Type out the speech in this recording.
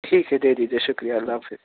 ٹھیک ہے دے دیجیے شکریہ اللہ حافظ